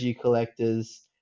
collectors